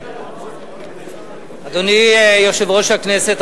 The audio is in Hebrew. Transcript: אדוני יושב-ראש הכנסת,